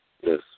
Yes